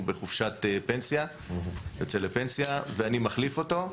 הוא בחופשת פנסיה ואני מחליף אותו.